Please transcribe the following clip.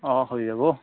অঁ হৈ যাব